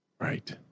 Right